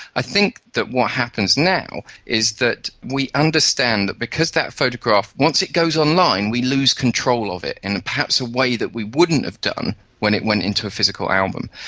i think that what happens now is that we understand that because that photograph, once it goes online we lose control of it in perhaps a way that we wouldn't have done when it went into a physical album.